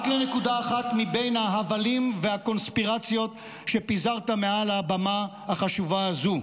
רק לנקודה אחת מבין ההבלים והקונספירציות שפיזרת מעל הבמה החשובה הזו.